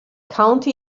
county